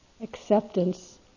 acceptance